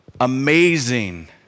amazing